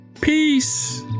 peace